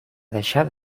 deixar